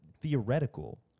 theoretical